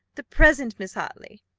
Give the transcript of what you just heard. the present miss hartley.